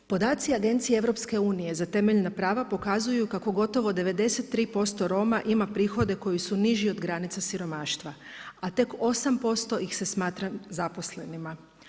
Podaci agencije EU-a za temeljna prava pokazuju kako gotovo 93% Roma ima prihode koji su niži od granica siromaštva a tek 8% ih se smatra zaposlenima.